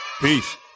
Peace